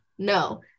No